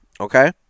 Okay